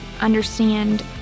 understand